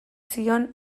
zioen